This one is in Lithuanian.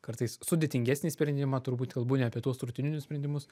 kartais sudėtingesnį sprendimą turbūt kalbu ne apie tuos rutininius sprendimus